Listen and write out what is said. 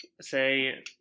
say